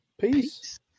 peace